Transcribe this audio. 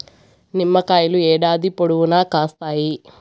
నిమ్మకాయలు ఏడాది పొడవునా కాస్తాయి